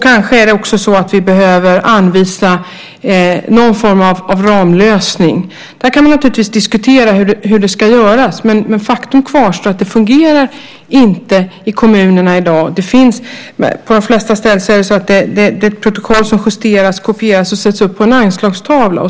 Kanske behöver vi också anvisa någon form av ramlösning. Man kan naturligtvis diskutera hur det här ska göras, men faktum kvarstår: Det fungerar inte i kommunerna i dag. På det flesta ställen är det ett protokoll som justeras, kopieras och sätts upp på en anslagstavla.